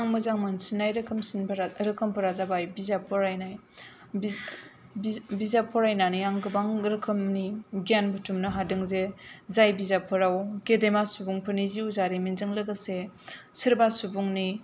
आं मोजां मोनसिन्नाय रोखोमफोरा जाबाय बिजाब फरायनाय बिजाब फरायनानै आं गोबां रोखोमनि गियान बुथुमनो हादों जे जाय बिजाबफोराव गेदेमा सुबुंफोरनि जिउ जारिमिनजों लोगोसे सोरबा सुबुंनि